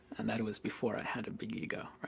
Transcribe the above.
and that was before i had a big ego. right?